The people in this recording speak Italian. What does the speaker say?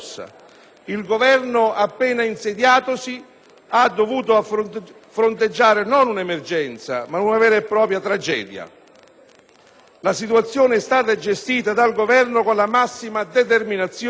L'Esecutivo appena insediatosi ha dovuto fronteggiare non un'emergenza, ma una vera e propria tragedia. La situazione è stata gestita dal Governo con la massima determinazione